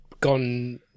gone